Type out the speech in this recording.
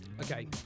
Okay